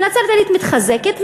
ונצרת-עילית מתחזקת,